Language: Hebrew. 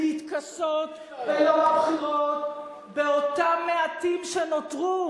להתכסות ביום הבחירות באותם מעטים שנותרו